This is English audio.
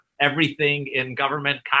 everything-in-government